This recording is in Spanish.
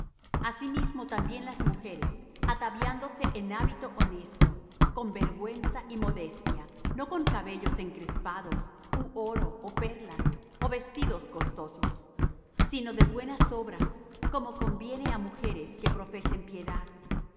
asimismo también las mujeres ataviándose en hábito honesto con vergüenza y modestia no con cabellos encrespados u oro ó perlas ó vestidos costosos sino de buenas obras como conviene á mujeres que profesan piedad